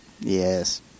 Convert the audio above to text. Yes